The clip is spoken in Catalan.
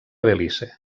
belize